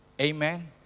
Amen